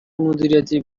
مدیریتی